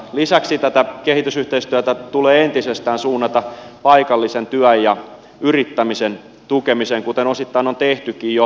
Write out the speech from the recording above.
lisäksi tätä kehitysyhteistyötä tulee entisestään suunnata paikallisen työn ja yrittämisen tukemiseen kuten osittain on tehtykin jo